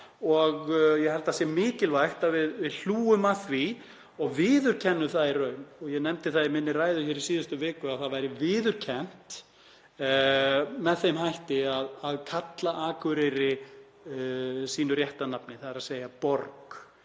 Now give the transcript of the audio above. og ég held að það sé mikilvægt að við hlúum að því og viðurkennum það í raun og ég nefndi það í minni ræðu hér í síðustu viku að það væri viðurkennt með þeim hætti að kalla Akureyri sínu rétta nafni, þ.e. borg,